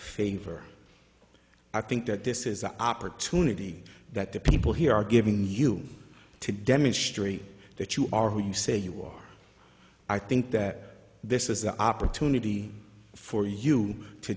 favor i think that this is an opportunity that the people here are giving you to demonstrate that you are who you say you are i think that this is an opportunity for you to